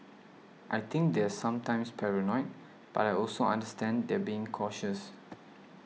I think they're sometimes paranoid but I also understand they're being cautious